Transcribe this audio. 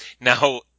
Now